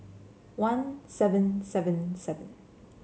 one seven seven seven